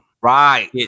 Right